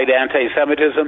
anti-Semitism